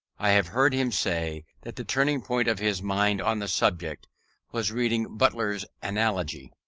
i have heard him say, that the turning point of his mind on the subject was reading butler's analogy.